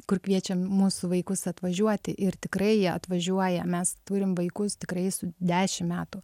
kur kviečiam mūsų vaikus atvažiuoti ir tikrai jie atvažiuoja mes turim vaikus tikrai su dešim metų